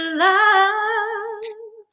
love